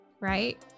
right